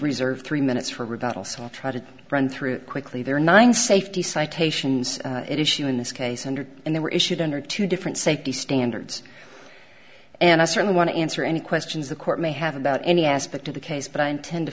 reserve three minutes for rebuttal so i'll try to run through quickly there are nine safety citations issue in this case under and they were issued under two different safety standards and i certainly want to answer any questions the court may have about any aspect of the case but i intend to